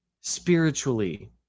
spiritually